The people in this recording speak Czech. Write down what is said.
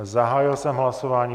Zahájil jsem hlasování.